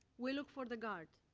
we look for the guard.